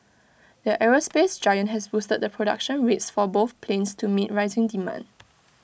the aerospace giant has boosted the production rates for both planes to meet rising demand